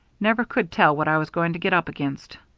never could tell what i was going to get up against.